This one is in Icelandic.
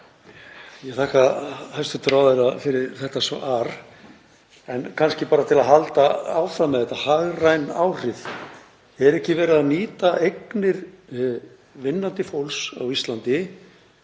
Ég þakka hæstv. ráðherra fyrir þetta svar. Kannski til að halda áfram með þetta: Hagræn áhrif. Er ekki verið að nýta eignir vinnandi fólks á Íslandi